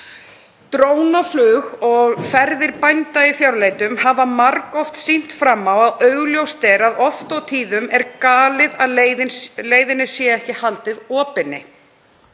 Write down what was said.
Drónaflug og ferðir bænda í fjárleitum hafa margoft sýnt fram á að augljóst er að oft og tíðum er galið að leiðinni sé ekki haldið opinni.